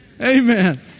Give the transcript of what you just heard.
Amen